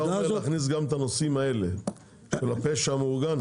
אתה אומר להכניס גם את הנושאים של הפשע המאורגן?